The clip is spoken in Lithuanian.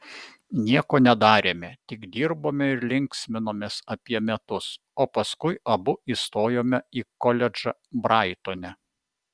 nieko nedarėme tik dirbome ir linksminomės apie metus o paskui abu įstojome į koledžą braitone